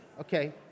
Okay